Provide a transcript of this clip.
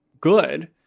good